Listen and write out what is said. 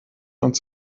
und